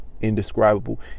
indescribable